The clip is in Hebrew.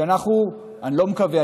אני לא מקווה,